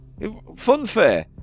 Funfair